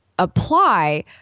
apply